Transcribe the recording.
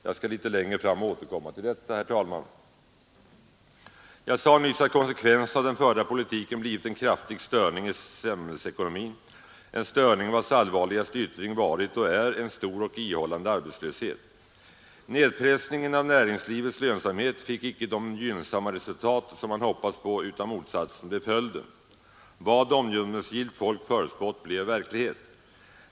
Jag skall litet längre fram återkomma till detta. Jag sade nyss att konsekvensen av den förda politiken blivit en kraftig störning av samhällsekonomin, en störning vilkens allvarligaste yttring varit och är en stor och ihållande arbetslöshet. Nedpressningen av näringslivets lönsamhet fick icke de gynnsamma resultat man hoppats på utan motsatsen blev följden. Vad omdömesgillt folk förutspått blev verklighet.